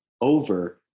over